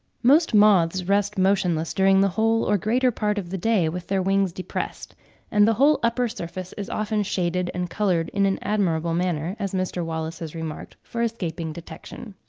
most moths rest motionless during the whole or greater part of the day with their wings depressed and the whole upper surface is often shaded and coloured in an admirable manner, as mr. wallace has remarked, for escaping detection.